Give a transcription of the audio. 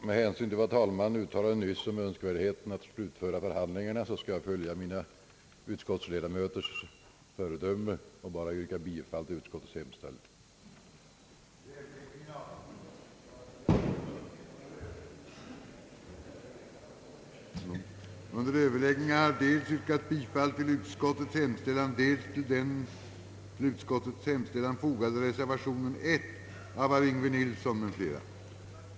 Med hänsyn till vad herr talmannen nyss anförde om önskvärdheten av att slutföra ärendenas behandling i kväll skall jag följa mina utskottsledamöters föredöme och yrkar bara bifall till utskottets hemställan.